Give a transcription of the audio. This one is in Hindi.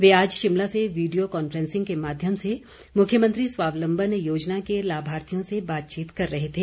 ये आज शिमला से वीडियो कांफ्रेंसिंग के माध्यम से मुख्यमंत्री स्वावलम्बन योजना के लाभार्थियों से बातचीत कर रहे थे